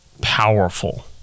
powerful